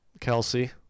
Kelsey